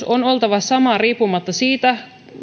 on oltava sama riippumatta siitä